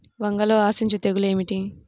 వంగలో ఆశించు తెగులు ఏమిటి?